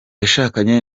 yashakanye